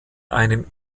einem